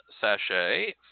sachet